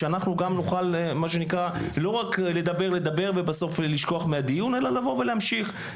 שאנחנו נוכל לא רק לדבר ובסוף לשכוח מן הדיון אלא להמשיך את הטיפול.